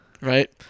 Right